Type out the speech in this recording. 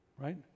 right